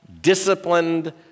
disciplined